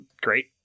great